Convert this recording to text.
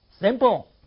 Simple